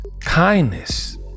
kindness